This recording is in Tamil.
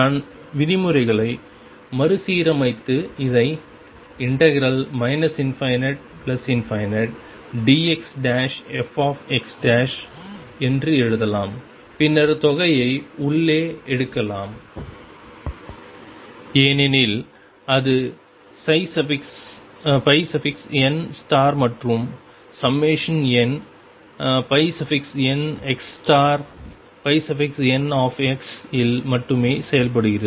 நான் விதிமுறைகளை மறுசீரமைத்து இதை ∞dxfx என்று எழுதலாம் பின்னர் தொகையை உள்ளே எடுக்கலாம் ஏனெனில் அது n மற்றும் nnxn இல் மட்டுமே செயல்படுகிறது